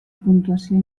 puntuació